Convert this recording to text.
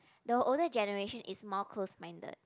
the older generation is more close minded